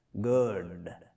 good